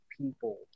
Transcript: people